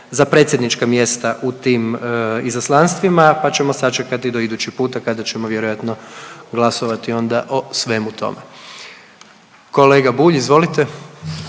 za predsjednička mjesta u tim izaslanstvima, pa ćemo sačekati do idući puta kada ćemo vjerojatno glasovati onda o svemu tome. Kolega Bulj izvolite.